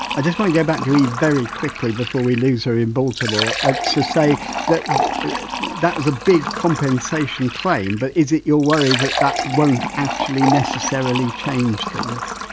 just want to go back to eve, very quickly, before we lose her in baltimore ah to say that that was a big compensation claim but is it your worry that that won't actually necessarily change things?